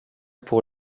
pour